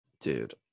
Dude